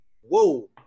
whoa